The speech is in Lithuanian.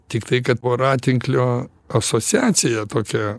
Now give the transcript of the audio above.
tiktai kad voratinklio asociacija tokia